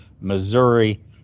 Missouri